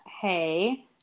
Hey